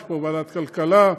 יש פה ועדת כלכלה,